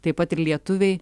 taip pat ir lietuviai